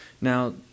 Now